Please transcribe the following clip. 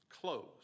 close